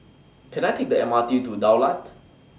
Can I Take The M R T to The Daulat